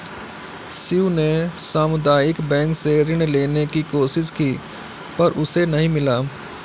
शिव ने सामुदायिक बैंक से ऋण लेने की कोशिश की पर उसे नही मिला